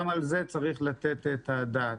גם על זה צריך לתת את הדעת.